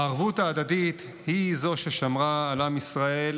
הערבות ההדדית היא ששמרה על עם ישראל